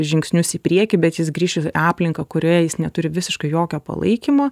žingsnius į priekį bet jis grįš į aplinką kurioje jis neturi visiškai jokio palaikymo